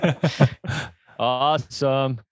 awesome